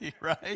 right